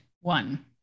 One